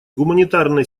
гуманитарная